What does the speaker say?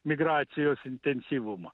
migracijos intensyvumą